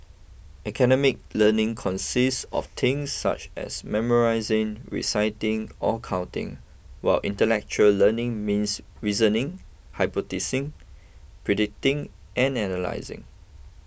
academic learning consists of things such as memorising reciting or counting while intellectual learning means reasoning hypothesising predicting and analysing